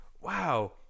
wow